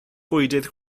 bwydydd